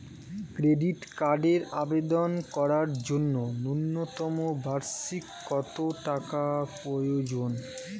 Credit কার্ডের আবেদন করার জন্য ন্যূনতম বার্ষিক কত টাকা প্রয়োজন?